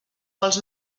vols